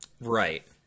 Right